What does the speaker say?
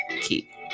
key